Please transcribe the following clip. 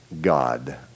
God